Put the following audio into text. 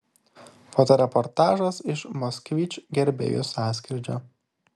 fotoreportažas iš moskvič gerbėjų sąskrydžio